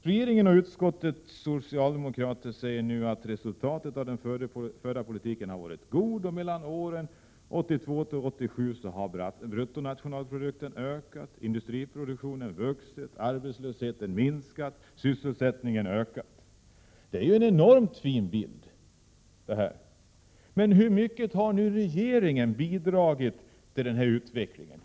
Regeringen och utskottets socialdemokrater säger nu att resultatet av den förda politiken har varit gott och att bruttonationalprodukten har ökat, industriproduktionen vuxit, arbetslösheten minskat och sysselsättningen ökat mellan åren 1982 och 1987. Det är en enormt fin bild. Men hur mycket av detta har regeringen bidragit till?